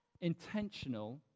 intentional